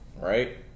right